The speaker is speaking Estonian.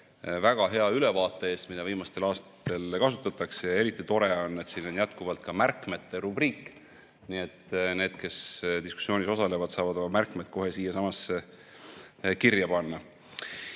väga hea ülevaate eest, mida viimastel aastatel kasutatakse. Ja eriti tore on, et siin on jätkuvalt olemas ka märkmete rubriik, nii et need, kes diskussioonis osalevad, saavad oma märkmed kohe siiasamasse kirja